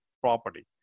property